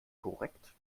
korrekt